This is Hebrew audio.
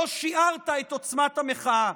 לא שיערת את עוצמת המחאה.